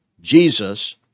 Jesus